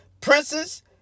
princes